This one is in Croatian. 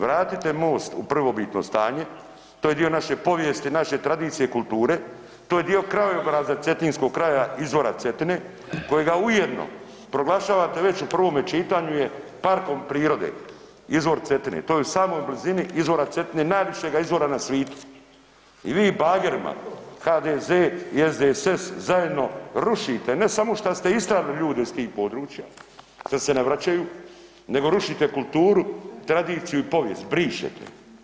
Vratite most u prvobitno stanje, to je dio naše povijesti, naše tradicije, kulture, to je dio krajobraza cetinskog kraja, izvora Cetine kojega ujedno proglašavate već u prvome čitanju je parkom prirode, izvor Cetine, to je u samoj blizini izvora Cetine najvišega izvora na svitu i vi bagerima HDZ i SDSS zajedno rušite ne samo šta ste isterali ljude iz tih područja šta se ne vraćaju, nego rušite kulturu, tradiciju i povijest, brišete.